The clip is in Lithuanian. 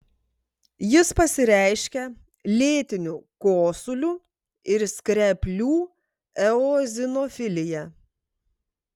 jis pasireiškia lėtiniu kosuliu ir skreplių eozinofilija